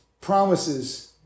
promises